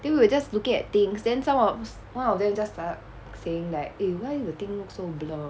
then we were just looking at things then some of one of them just start saying that eh why the thing look so blur